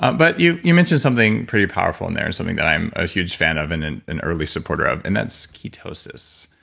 ah but you you mentioned something pretty powerful in there, and something that i'm a huge fan of and and and early supporter of and that's ketosis.